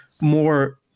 more